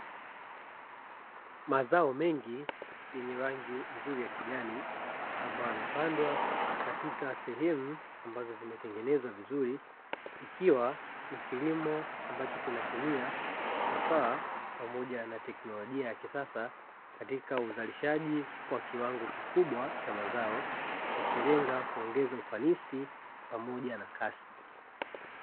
Mazao mengi yenye rangi nzuri ya kijani ambayo yamepandwa katika sehemu ambazo zimetengenezwa vizuri, ikiwa ni kilimo ambacho kinatumia vifaa pamoja na teknolojia ya kisasa katika uzalishaji wa kiwango kikubwa cha mazao, ikilenga kuongeza ufanisi pamoja na kasi.